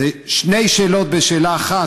אלה שתי שאלות בשאלה אחת,